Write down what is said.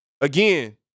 again